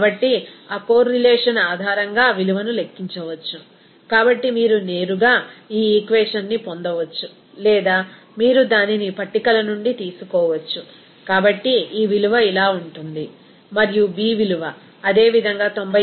కాబట్టి ఆ కోర్రిలేషన్ ఆధారంగా విలువను లెక్కించవచ్చు కాబట్టి మీరు నేరుగా ఈ ఈక్వేషన్ ని పొందవచ్చు లేదా మీరు దానిని పట్టికల నుండి తీసుకోవచ్చు కాబట్టి ఈ విలువ ఇలా ఉంటుంది మరియు b విలువ అదే విధంగా 90